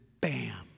bam